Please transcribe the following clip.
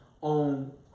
on